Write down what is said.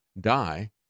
die